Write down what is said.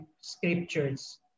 scriptures